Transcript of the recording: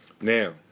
Now